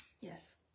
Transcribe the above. Yes